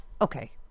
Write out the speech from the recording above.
okay